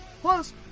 Plus